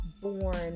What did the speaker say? born